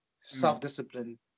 self-discipline